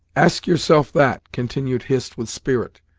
ask yourself that, continued hist with spirit,